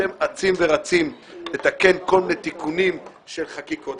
אתם אצים ורצים לתקן כל מיני תיקונים של חקיקה.